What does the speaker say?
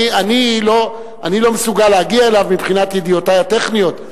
אני לא מסוגל להגיע אליו מבחינת ידיעותי הטכניות,